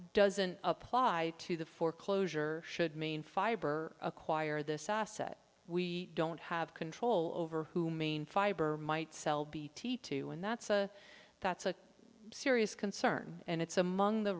doesn't apply to the foreclosure should mean fiber acquire this asset we don't have control over who main fiber might sell bt to and that's a that's a serious concern and it's among the